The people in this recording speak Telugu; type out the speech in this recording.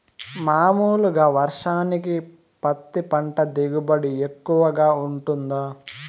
మామూలుగా వర్షానికి పత్తి పంట దిగుబడి ఎక్కువగా గా వుంటుందా?